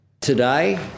Today